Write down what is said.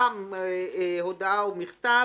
הודעה או מכתב,